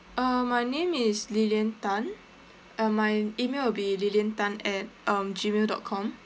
uh my name is lilian tan and my email will be lilian tan at um gmail dot com